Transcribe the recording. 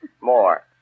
More